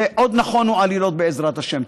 ועוד נכונו עלילות, בעזרת השם.